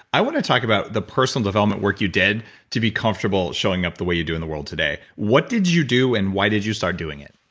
i want to talk about the personal development work you did to be comfortable showing up the way you do in the world today. what did you do and why did you start doing it?